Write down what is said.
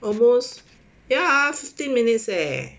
almost ya fifteen minutes leh